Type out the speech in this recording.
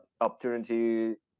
opportunity